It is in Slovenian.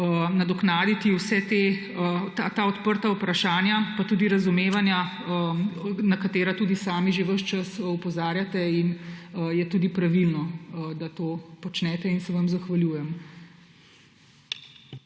nadoknaditi vsa ta odprta vprašanja pa tudi razumevanja, na katera tudi sami že ves čas opozarjate. In je tudi pravilno, da to počnete, in se vam zahvaljujem.